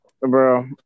bro